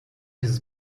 its